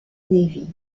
navy